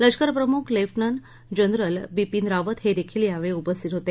लष्करप्रमुख lieutenant general Bipin Rawat हे देखील यावेळी उपस्थितीत होते